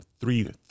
three